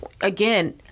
again